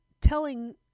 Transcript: telling